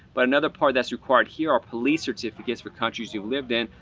but another part that's required here are police certificates for countries you've lived in,